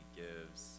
gives